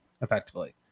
effectively